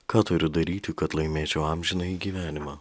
ką turiu daryti kad laimėčiau amžinąjį gyvenimą